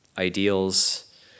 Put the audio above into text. ideals